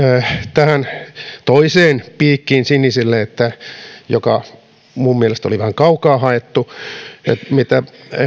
tähän toiseen piikkiin sinisille joka minun mielestäni oli vähän kaukaa haettu siitä mitä